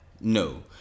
No